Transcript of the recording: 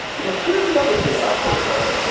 because here's the other thing about kobe bryant,